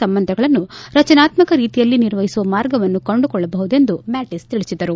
ಸಂಬಂಧಗಳನ್ನು ರಚನಾತ್ಮಕ ರೀತಿಯಲ್ಲಿ ನಿರ್ವಹಿಸುವ ಮಾರ್ಗವನ್ನು ಕಂಡುಕೊಳ್ಳಬಹುದೆಂದು ಮ್ಯಾಟಿಸ್ ತಿಳಿಸಿದರು